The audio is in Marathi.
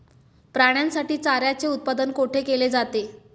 प्राण्यांसाठी चाऱ्याचे उत्पादन कुठे केले जाते?